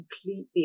completely